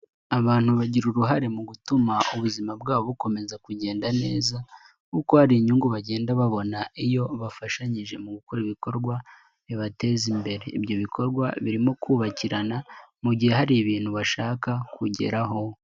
Abantu bagira uruhare mu gutuma ubuzima bwabo bukomeza kugenda neza kuko hari inyungu bagenda babona iyo bafashanyije mu gukora ibikorwa bibateza imbere. Ibyo bikorwa birimo kubakirana mu gihe hari ibintu bashaka kugeraho.